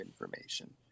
information